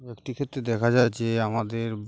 একটি ক্ষেত্রে দেখা যায় যে আমাদের